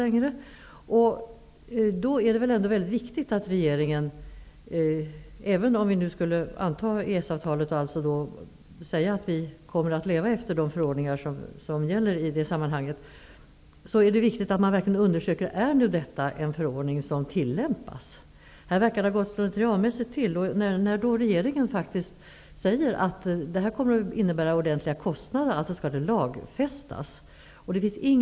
I det läget är det väl ändå väldigt viktigt att regeringen -- även om vi antar EES-avtalet och alltså säger att vi kommer att leva enligt de förordningar som gäller i sammanhanget -- verkligen undersöker detta och tar reda på om det handlar om en förordning som tillämpas. Här verkar det ha gått slentrianmässigt till. Regeringen säger faktiskt att detta kommer att innebära ordentliga kostnader och att det därför är nödvändigt att lagfästa.